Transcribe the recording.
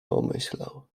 pomyślał